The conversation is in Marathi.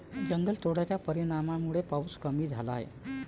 जंगलतोडाच्या परिणामामुळे पाऊस कमी झाला आहे